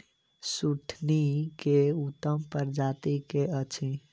सुथनी केँ उत्तम प्रजाति केँ अछि?